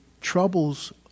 troubles